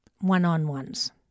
one-on-ones